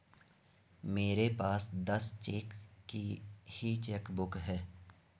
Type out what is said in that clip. मेरे पास दस चेक की ही चेकबुक है